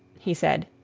he said